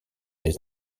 les